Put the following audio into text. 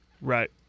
Right